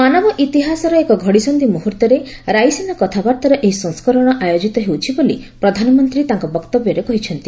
ମାନବ ଇତିହାସର ଏକ ଘଡ଼ିସନ୍ଧି ମୁହୂର୍ତ୍ତରେ ରାଇସିନା କଥାବାର୍ତ୍ତାର ଏହି ସଂସ୍କରଣ ଆୟୋଜିତ ହେଉଛି ବୋଲି ପ୍ରଧାନମନ୍ତ୍ରୀ ତାଙ୍କ ବକ୍ତବ୍ୟରେ କହିଛନ୍ତି